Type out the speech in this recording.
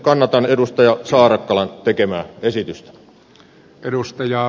kannatan edustaja saarakkalan tekemää esitystä